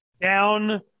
down